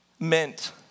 Meant